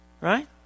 Right